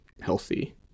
Healthy